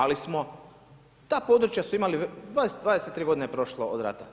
Ali, smo, ta područja su imali 23 g. je prošlo od rata.